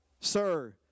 sir